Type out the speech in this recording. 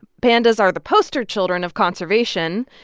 pandas are the poster children of conservation.